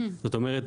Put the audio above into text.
זאת אומרת,